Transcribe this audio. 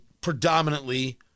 predominantly